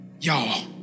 y'all